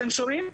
אתם שומעים?